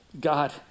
God